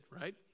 right